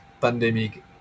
pandemic